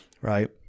right